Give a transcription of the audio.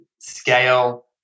scale